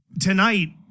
tonight